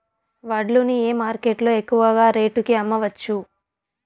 వడ్లు ని ఏ మార్కెట్ లో ఎక్కువగా రేటు కి అమ్మవచ్చు?